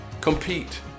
Compete